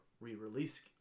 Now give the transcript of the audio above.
re-release